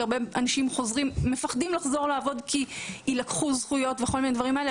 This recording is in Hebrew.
כי הרבה אנשים מפחדים שיילקחו מהם זכויות וכל מיני דברים כאלה.